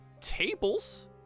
tables